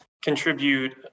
contribute